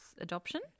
adoption